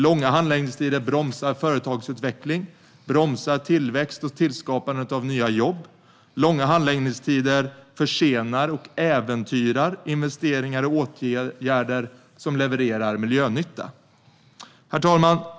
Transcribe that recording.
Långa handläggningstider bromsar företagsutveckling samt bromsar tillväxt och skapandet av nya jobb. Långa handläggningstider försenar och äventyrar investeringar och åtgärder som levererar miljönytta. Herr talman!